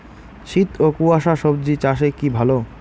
শীত ও কুয়াশা স্বজি চাষে কি ভালো?